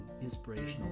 inspirational